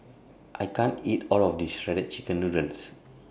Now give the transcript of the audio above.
I can't eat All of This Shredded Chicken Noodles